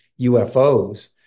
UFOs